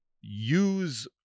use